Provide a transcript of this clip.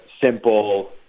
simple